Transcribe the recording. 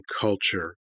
culture